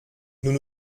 nous